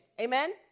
Amen